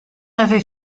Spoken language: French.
avait